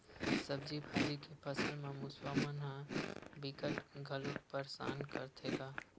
सब्जी भाजी के फसल म मूसवा मन ह बिकट घलोक परसान करथे गा